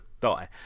die